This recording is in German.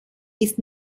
ist